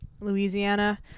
Louisiana